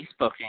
Facebooking